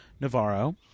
Navarro